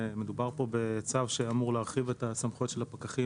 מדובר פה בצו שאמור להרחיב את הסמכויות של הפקחים